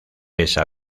esa